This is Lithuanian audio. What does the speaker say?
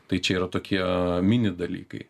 tai čia yra tokie mini dalykai